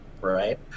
right